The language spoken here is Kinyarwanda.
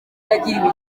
yagiriwe